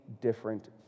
different